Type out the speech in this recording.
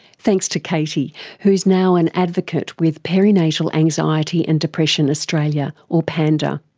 thanks to katie who is now an advocate with perinatal anxiety and depression australia, or panda.